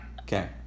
Okay